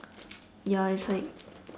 ya it's like